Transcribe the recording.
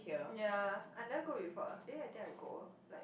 ya I never go before ah eh I think I go like